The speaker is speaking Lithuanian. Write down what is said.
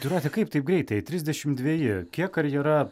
jūrate kaip taip greitai trisdešimt dveji kiek karjera